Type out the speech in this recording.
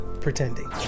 pretending